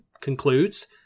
concludes